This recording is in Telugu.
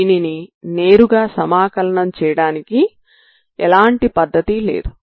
దీనిని నేరుగా సమాకలనం చేయడానికి ఎలాంటి పద్ధతి లేదు